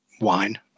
wine